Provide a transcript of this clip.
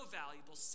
valuable